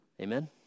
Amen